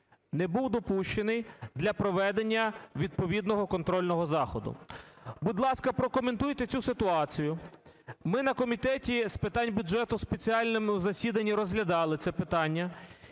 не був допущений для проведення відповідного контрольного заходу. Будь ласка, прокоментуйте цю ситуацію. Ми на Комітеті з питань бюджету спеціальному засіданні розглядали це питання.